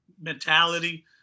mentality